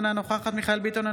אינה נוכחת מיכאל מרדכי ביטון,